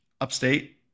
upstate